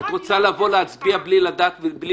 את רוצה לבוא להצביע בלי לשמוע?